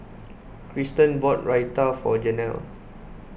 Kristen bought Raita for Janel